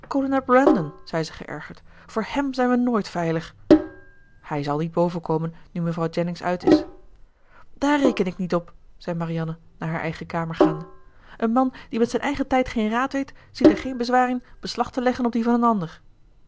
zei ze geërgerd voor hèm zijn we nooit veilig hij zal niet boven komen nu mevrouw jennings uit is dààr reken ik niet op zei marianne naar haar eigen kamer gaande een man die met zijn eigen tijd geen raad weet ziet er geen bezwaar in beslag te leggen op dien van een ander